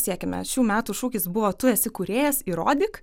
siekiame šių metų šūkis buvo tu esi kūrėjas įrodyk